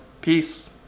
Peace